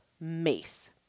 MACE